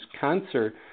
cancer